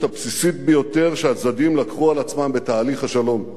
הבסיסית ביותר שהצדדים לקחו על עצמם בתהליך השלום: